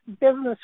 business